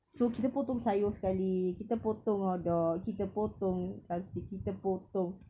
so kita potong sayur sekali kita potong hotdog kita potong crabstick kita potong